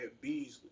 Beasley